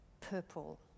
purple